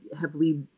heavily